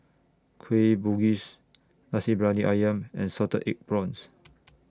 Kueh Bugis Nasi Briyani Ayam and Salted Egg Prawns